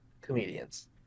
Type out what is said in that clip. comedians